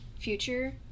future